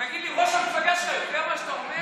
תגיד לי, ראש המפלגה שלך יודע מה שאתה אומר?